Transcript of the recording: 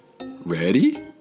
Ready